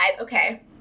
okay